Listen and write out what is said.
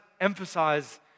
emphasize